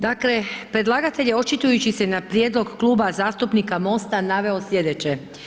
Dakle predlagatelj je očitujući se na prijedlog Kluba zastupnika MOST-a naveo slijedeće.